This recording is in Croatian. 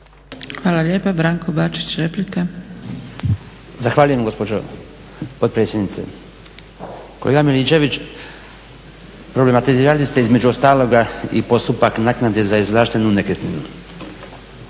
**Bačić, Branko (HDZ)** Zahvaljujem gospođo potpredsjednice. Kolega Miličević problematizirali ste između ostaloga i postupak naknade za izvlaštenu nekretninu